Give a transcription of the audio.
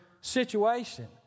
situation